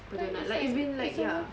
per doughnut like it's been like ya